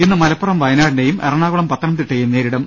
ഇന്ന് മലപ്പുറം വയനാടിനെയും എറണാകുളം പത്തനംതിട്ടയെയും നേരിടും